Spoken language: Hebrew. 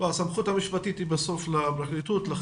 הסמכות המשפטית היא בסוף לפרקליטות.